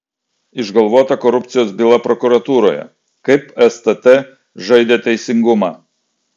išgalvota korupcijos byla prokuratūroje kaip stt žaidė teisingumą